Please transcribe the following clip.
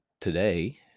today